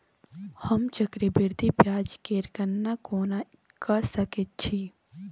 हम चक्रबृद्धि ब्याज केर गणना कोना क सकै छी